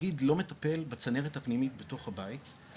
התאגיד לא מטפל בצנרת הפנימית בתוך הבית,